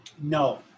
No